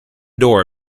door